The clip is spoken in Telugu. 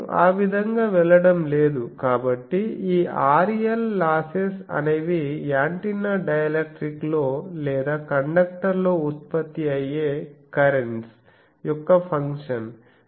నేను ఆ విధంగా వెళ్ళడం లేదు కాబట్టి ఈ RL లాసెస్ అనేవి యాంటెన్నా డైఎలక్ట్రిక్ లో లేదా కండక్టర్లో ఉత్పత్తి అయ్యే కరెంట్స్ యొక్క ఫంక్షన్